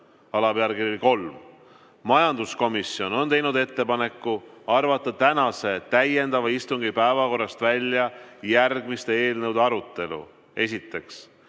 arutelu. Majanduskomisjon on teinud ettepaneku arvata tänase täiendava istungi päevakorrast välja järgmiste eelnõude arutelu. Esiteks,